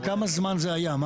לכמה זמן זה היה?